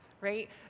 right